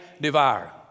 devour